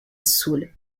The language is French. soul